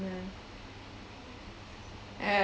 yeah yeah